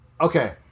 okay